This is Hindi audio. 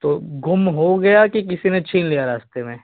तो गुम हो गया कि किसी ने छीन लिया रास्ते में